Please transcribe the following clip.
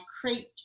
Crate